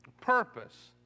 purpose